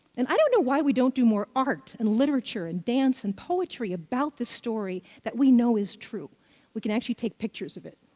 and i don't know why we don't do more art, and literature, and dance, and poetry about this story that we know is true we can actually take pictures of it.